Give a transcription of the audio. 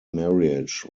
marriage